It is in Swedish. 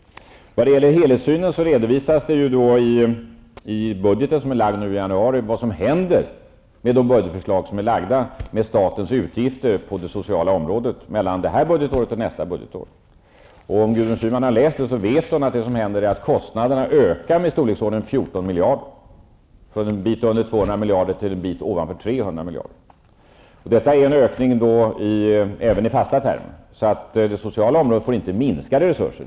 När det gäller helhetssynen redovisas i den budget som framlagts i januari vad som händer med statens utgifter på det sociala området från detta budgetår till nästa budgetår. Om Gudrun Schyman har läst den vet hon att kostnaderna ökar i storleksordningen 14 miljarder, från något mindre än 200 miljarder till något över 300 miljarder. Detta är en ökning även i fasta termer. Det sociala området får inte minskade resurser.